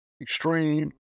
extreme